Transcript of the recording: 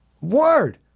word